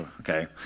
Okay